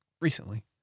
Recently